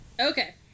Okay